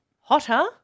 Hotter